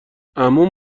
عموم